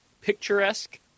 Picturesque